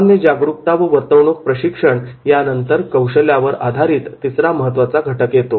सामान्य जागरूकता व वर्तवणूक प्रशिक्षण यानंतर कौशल्यावर आधारित तिसरा महत्त्वाचा घटक येतो